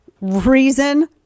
reason